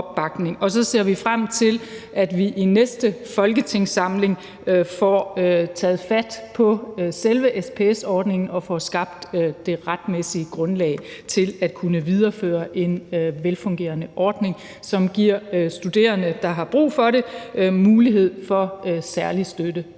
Så ser vi frem til, at vi i næste folketingssamling får taget fat på selve SPS-ordningen og får skabt det retsmæssige grundlag for at kunne videreføre en velfungerende ordning, som giver studerende, der har brug for det, mulighed for særlig støtte.